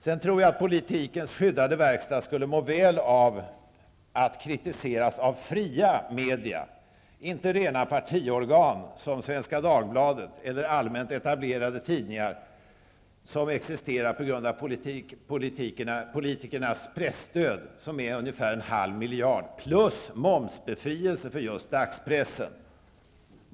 Jag tror att politikens skyddade verkstad skulle må väl av att kritiseras av fria media och inte av rena partiorgan som Svenska Dagbladet eller allmänt etablerade tidningar som existerar på grund av politikernas presstöd. Det är ungefär en halv miljard, plus momsbefrielse, för just dagspressen.